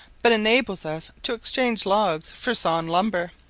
but enables us to exchange logs for sawn lumber.